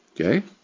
Okay